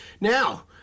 Now